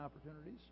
opportunities